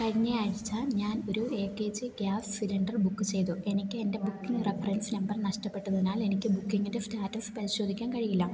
കഴിഞ്ഞയാഴ്ച ഞാൻ ഒരു A K G gas cylinder book ചെയ്തു എനിക്ക് എൻ്റെ ബുക്കിംഗ് റഫറൻസ് നമ്പർ നഷ്ടപ്പെട്ടതിനാൽ എനിക്ക് ബുക്കിംഗിൻ്റെ സ്റ്റാറ്റസ് പരിശോധിക്കാൻ കഴിയില്ല